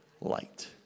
light